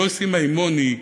יוסי מימוני,